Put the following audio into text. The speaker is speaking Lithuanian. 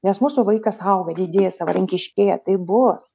nes mūsų vaikas auga didėja savarankiškėja taip bus